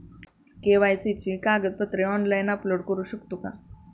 KYC ची कागदपत्रे online upload करू शकतो का?